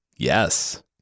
Yes